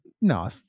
no